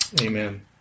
Amen